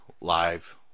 live